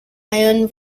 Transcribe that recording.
iron